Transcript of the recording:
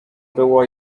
było